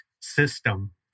system